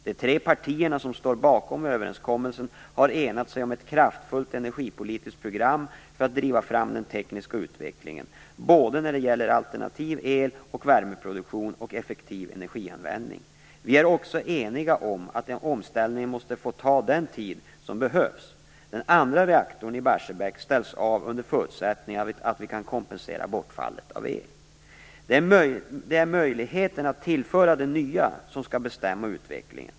De tre partierna som står bakom överenskommelsen har enat sig om ett kraftfullt energipolitiskt program för att driva fram den tekniska utvecklingen när det gäller både alternativ eloch värmeproduktion och effektiv energianvändning. Vi är också eniga om att omställningen måste få ta den tid som behövs. Den andra reaktorn i Barsebäck ställs av under förutsättning att vi kan kompensera bortfallet av el. Det är möjligheterna att tillföra det nya som skall bestämma utvecklingen.